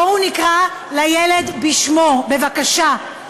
בואו נקרא לילד בשמו, בבקשה.